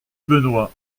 benoist